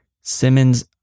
Simmons